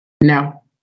No